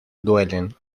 duelen